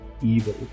evil